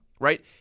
right